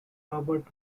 robert